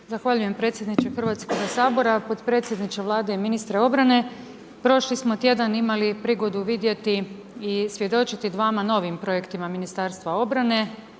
Zahvaljujem predsjedniče Hrvatskog sabora. Potpredsjedniče Vlade i ministre obrane, prošli smo tjedan imali prigodu vidjeti i svjedočiti dvama novim projektima Ministarstva obrane.